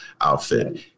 outfit